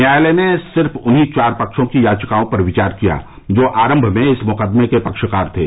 न्यायालय ने सिर्फ उन्हीं चार पक्षों की याचिकाओं पर विचार किया जो आरंभ में इस मुकदमे में पक्षकार थे